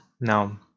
now